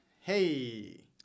Hey